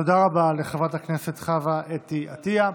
תודה רבה לחברת הכנסת חוה אתי עטייה.